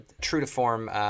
true-to-form